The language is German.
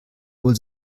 wohl